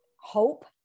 hope